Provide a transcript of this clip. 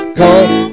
come